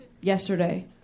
yesterday